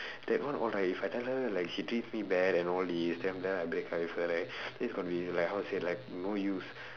that one alright if I tell her like she treats me bad and all these then then I break up with her right then it's going to be like how to say like no use